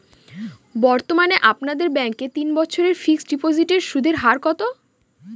বর্তমানে আপনাদের ব্যাঙ্কে তিন বছরের ফিক্সট ডিপোজিটের সুদের হার কত?